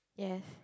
yes